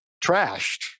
trashed